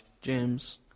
James